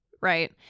right